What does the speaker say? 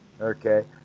okay